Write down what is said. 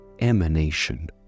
emanation